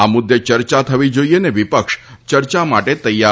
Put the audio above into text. આ મુદ્દે ચર્ચા થવી જોઈએ અને વિપક્ષ ચર્ચા માટે તૈયાર નથી